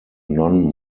non